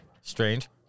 Strange